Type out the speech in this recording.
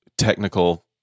technical